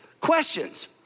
questions